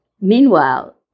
Meanwhile